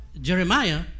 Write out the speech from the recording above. Jeremiah